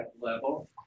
level